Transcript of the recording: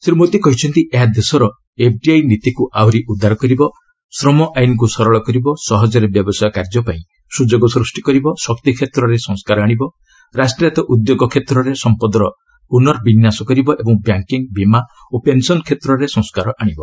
ଶ୍ରୀ ମୋଦି କହିଛନ୍ତି ଏହା ଦେଶର ଏଫ୍ଡିଆଇ ନୀତିକୁ ଆହୁରି ଉଦାର କରିବ ଶ୍ରମ ଆଇନ୍କୁ ସରଳ କରିବ ସହଜରେ ବ୍ୟବସାୟ କାର୍ଯ୍ୟ ପାଇଁ ସୁଯୋଗ ସୃଷ୍ଟି କରିବ ଶକ୍ତିକ୍ଷେତ୍ରରେ ସଂସ୍କାର ଆଣିବ ରାଷ୍ଟ୍ରାୟତ୍ତ ଉଦ୍ୟୋଗ କ୍ଷେତ୍ରରେ ସମ୍ପଦର ପୁର୍ନବିନ୍ୟାସ କରିବ ଓ ବ୍ୟାଙ୍କିଂ ବୀମା ଓ ପେନସନ କ୍ଷେତ୍ରରେ ସଂସ୍କାର ଆଣିବ